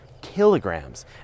kilograms